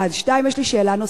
יש לי שאלה נוספת: